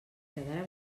quedara